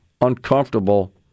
uncomfortable